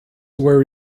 where